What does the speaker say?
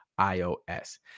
iOS